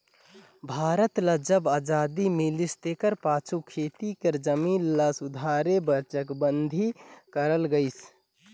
भारत ल जब अजादी मिलिस तेकर पाछू खेती कर जमीन ल सुधारे बर चकबंदी करल गइस